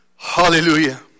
Hallelujah